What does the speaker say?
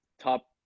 top